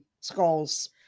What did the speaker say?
skulls